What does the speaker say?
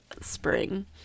spring